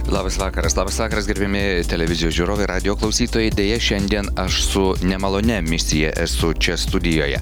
labas vakaras labas vakaras gerbiamieji televizijos žiūrovai radijo klausytojai deja šiandien aš su nemalonia misija esu čia studijoje